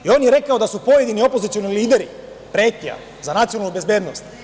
On je rekao da su pojedini opozicioni lideri pretnja za nacionalnu bezbednost.